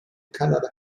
canada